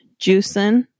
juicing